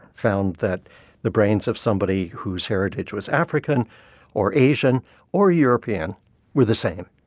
found that the brains of somebody whose heritage was african or asian or european were the same,